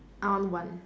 I want one